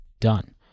done